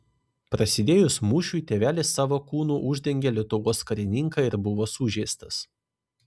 prasidėjus mūšiui tėvelis savo kūnu uždengė lietuvos karininką ir buvo sužeistas